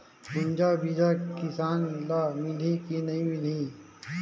गुनजा बिजा किसान ल मिलही की नी मिलही?